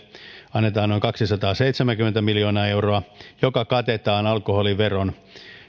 annetaan noin kaksisataaseitsemänkymmentä miljoonaa euroa joka katetaan alkoholiveron